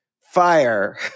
fire